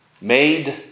made